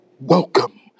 Welcome